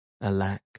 Alack